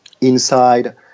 inside